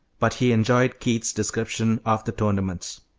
but he enjoyed keith's description of the tournaments.